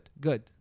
good